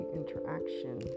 interaction